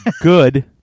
good